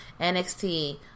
NXT